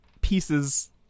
pieces